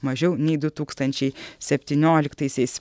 mažiau nei du tūkstančiai septynioliktaisiais